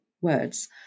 words